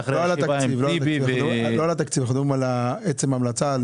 אני לא מדבר על התקציב אלא על עצם ההמלצה על